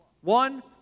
One